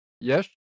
Yes